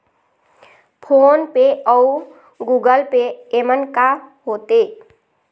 Phone पे अउ Google Pay येमन का होते?